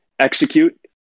execute